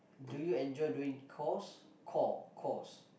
do you enjoy doing chores chore chores